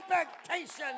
expectations